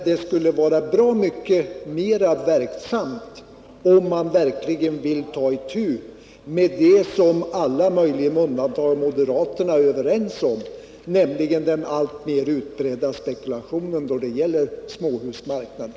Det skulle vara bra mycket mera verksamt om man verkligen tog itu med det som alla — möjligen med undantag av moderaterna — är överens om att man måste förhindra, nämligen den alltmer utbredda spekulationen på småhusmarknaden.